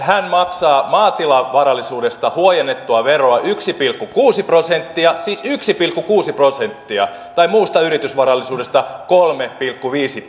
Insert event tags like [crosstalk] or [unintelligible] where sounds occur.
[unintelligible] hän maksaa maatilavarallisuudesta huojennettua veroa yksi pilkku kuusi prosenttia siis yksi pilkku kuusi prosenttia tai muusta yritysvarallisuudesta kolme pilkku viisi [unintelligible]